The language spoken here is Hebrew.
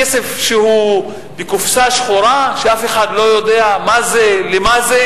כסף שהוא בקופסה שחורה שאף אחד לא יודע מה זה,